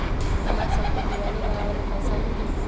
हमरा शव के दिवाली मनावेला पैसा मिली?